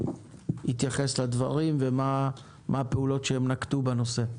יתייחס לדברים ומה הפעולות שהם נקטו בנושא.